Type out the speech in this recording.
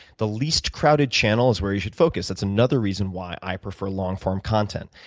the least crowded channel is where you should focus. that's another reason why i prefer long form content.